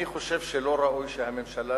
אני חושב שלא ראוי שהממשלה